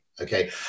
okay